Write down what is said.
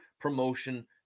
promotion